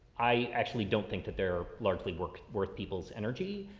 i actually don't think that they're largely work worth people's energy.